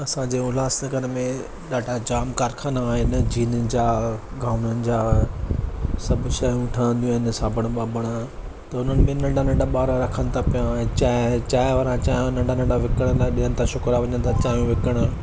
असांजे उल्हासनगर में ॾाढा जाम कारखाना आहिनि जीननि जा गाउननि जा सभु शयूं ठहंदियूं आहिनि साबुण वाबुण त हुननि में नंढा नंढा ॿार रखनि था पिया ऐं चांहि चांहि वारा चांहि नंढा नंढा विकड़ंदा ॿिए हंद त छोकिरा बि नंढा चांहि विकिड़णु